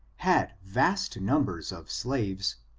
had vast numbers of slaves,